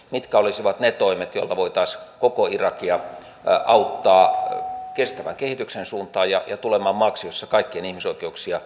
mitkä olisivat ne toimet joilla voitaisiin koko irakia auttaa kestävän kehityksen suuntaan ja tulemaan maaksi jossa kaikkien ihmisoikeuksia kunnioitetaan